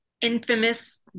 infamous